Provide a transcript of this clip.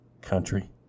Country